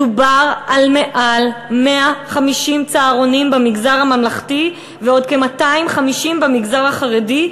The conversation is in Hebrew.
מדובר על מעל 150 צהרונים במגזר הממלכתי ועוד כ-250 במגזר החרדי,